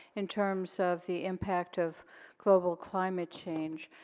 in terms of the impact of global climate change.